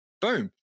Boom